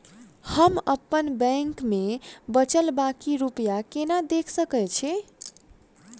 हम अप्पन बैंक मे बचल बाकी रुपया केना देख सकय छी?